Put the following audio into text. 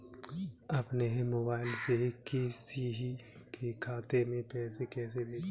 अपने मोबाइल से किसी के खाते में पैसे कैसे भेजें?